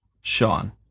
Sean